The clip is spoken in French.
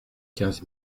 quinze